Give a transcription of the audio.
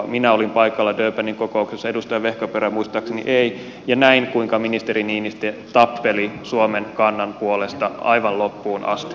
minä olin paikalla durbanin kokouksessa edustaja vehkaperä muistaakseni ei ja näin kuinka ministeri niinistö tappeli suomen kannan puolesta aivan loppuun asti